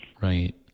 Right